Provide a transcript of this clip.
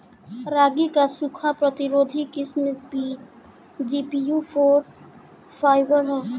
रागी क सूखा प्रतिरोधी किस्म जी.पी.यू फोर फाइव ह?